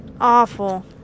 awful